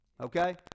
okay